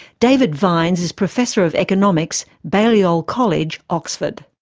david vines is professor of economics, balliol college, oxford.